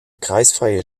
kreisfreie